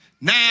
Now